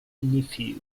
nephew